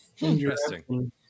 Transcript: Interesting